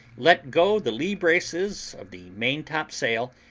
let go the lee-braces of the maintop sail,